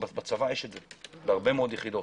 בצבא יש את זה בהרבה מאוד יחידות.